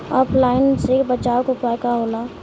ऑफलाइनसे बचाव के उपाय का होला?